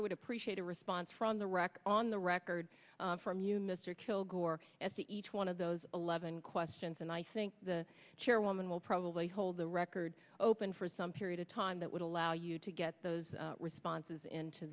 i would appreciate a response from the rock on the record from you mr kilgore as to each one of those eleven questions and i think the chairwoman will probably hold the record open for some period of time that would allow you to get those responses into